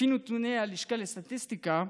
לפי נתוני הלשכה המרכזית לסטטיסטיקה,